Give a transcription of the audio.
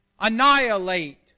annihilate